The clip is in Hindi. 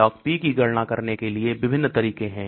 LogP की गणना करने के लिए विभिन्न तरीके हैं